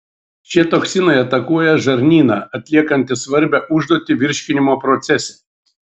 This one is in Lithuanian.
šie toksinai atakuoja žarnyną atliekantį svarbią užduotį virškinimo procese